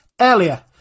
earlier